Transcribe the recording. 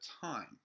time